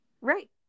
Right